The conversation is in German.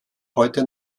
heute